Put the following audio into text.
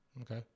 Okay